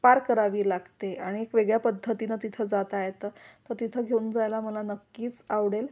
पार करावी लागते आणि एक वेगळ्या पद्धतीनं तिथं जातायेतं तर तिथं घेऊन जायला मला नक्कीच आवडेल